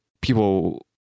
people